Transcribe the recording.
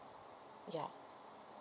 ya